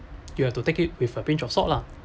you have to take it with a pinch of salt lah